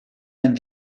ein